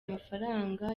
mafaranga